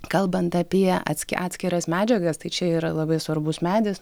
kalbant apie atski atskiras medžiagas tai čia yra labai svarbus medis